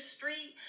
Street